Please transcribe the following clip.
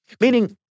Meaning